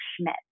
Schmidt